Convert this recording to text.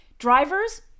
Drivers